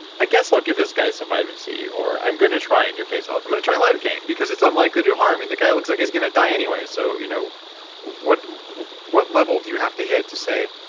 i guess i'll give this guy some vitamin c, or, i'm going to try, in your case, i'm going to try lidocaine, because it's unlikely to harm and the guy looks like he's going to die anyway? so you know what what level do you have to hit, to say,